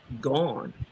gone